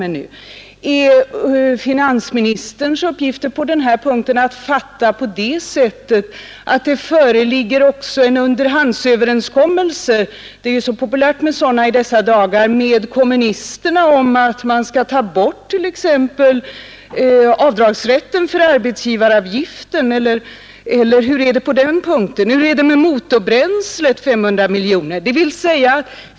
Är finansministerns uppgifter på den här punkten att fatta på det sättet att det föreligger ytterligare en underhandsöverenskommelse — det är så populärt med sådana i dessa dagar — med kommunisterna om att de stöder regeringen i fråga om höjningen av skatten på motorbränslet? Skall man ta bort t.ex. avdragsrätten för arbetsgivaravgiften, eller hur är det på den punkten?